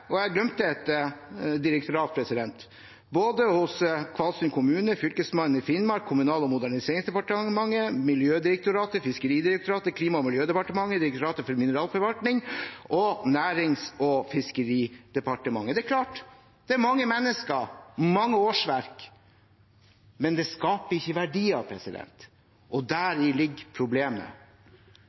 – jeg glemte et direktorat i sted – hos både Kvalsund kommune, Fylkesmannen i Finnmark, Kommunal- og moderniseringsdepartementet, Miljødirektoratet, Fiskeridirektoratet, Klima- og miljødepartementet, Direktoratet for mineralforvaltning og Nærings- og fiskeridepartementet. Dette er mange mennesker og mange årsverk, men det skaper ikke verdier, og deri ligger problemet.